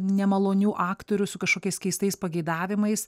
nemalonių aktorių su kažkokiais keistais pageidavimais